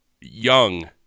young